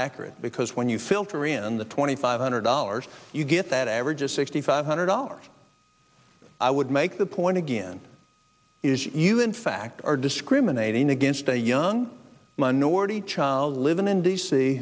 accurate because when you filter in the twenty five hundred dollars you get that average of sixty five hundred dollars i would make the point again is you in fact are discriminating against a young minority child living in d